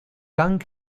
kang